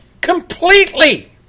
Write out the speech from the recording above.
completely